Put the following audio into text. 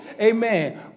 Amen